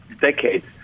decades